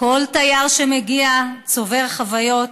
כל תייר שמגיע צובר חוויות,